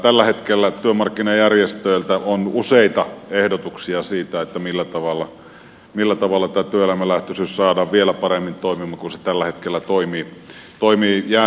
tällä hetkellä työmarkkinajärjestöiltä on useita ehdotuksia siitä millä tavalla tämä työelämälähtöisyys saadaan toimimaan vielä paremmin kuin se tällä hetkellä toimii